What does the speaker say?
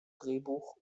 drehbuch